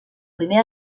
primer